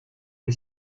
est